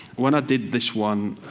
when i did this one,